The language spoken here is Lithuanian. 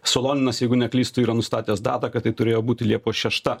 soloninas jeigu neklystu yra nustatęs datą kad tai turėjo būti liepos šešta